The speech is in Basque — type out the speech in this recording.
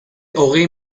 hogei